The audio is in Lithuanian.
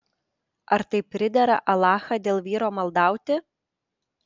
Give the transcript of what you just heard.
ar tai pridera alachą dėl vyro maldauti